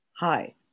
Hi